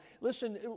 Listen